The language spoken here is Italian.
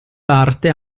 parte